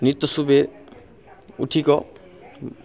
नित सवेरे उठि कऽ